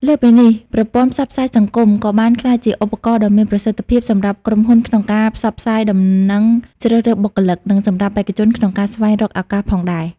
លើសពីនេះ ប្រព័ន្ធផ្សព្វផ្សាយសង្គម ក៏បានក្លាយជាឧបករណ៍ដ៏មានប្រសិទ្ធភាពសម្រាប់ក្រុមហ៊ុនក្នុងការផ្សព្វផ្សាយដំណឹងជ្រើសរើសបុគ្គលិក និងសម្រាប់បេក្ខជនក្នុងការស្វែងរកឱកាសផងដែរ។